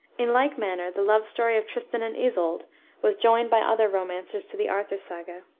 in like manner the love-story of tristan and isolde was joined by other romancers to the arthur-saga.